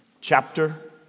chapter